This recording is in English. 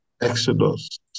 Exodus